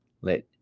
Let